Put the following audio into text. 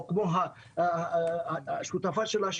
או כמו השותפה שלה,